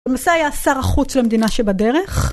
למעשה, היה שר החוץ למדינה שבדרך